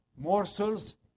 morsels